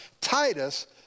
Titus